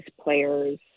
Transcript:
players